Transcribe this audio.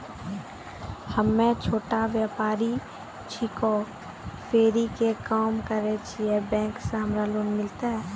हम्मे छोटा व्यपारी छिकौं, फेरी के काम करे छियै, बैंक से हमरा लोन मिलतै?